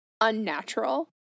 unnatural